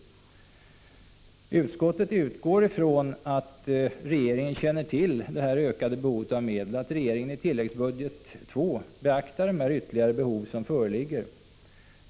Utskottet utgår ifrån att regeringen känner till det ökade behovet av medel och att regeringen i tilläggsbudget II beaktar de ytterligare behov som föreligger.